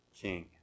king